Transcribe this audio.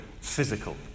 physical